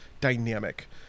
dynamic